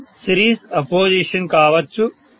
అది series opposition కావచ్చు